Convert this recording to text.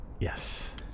Yes